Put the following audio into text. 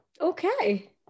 Okay